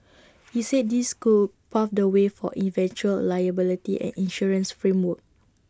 he said this could pave the way for eventual liability and insurance framework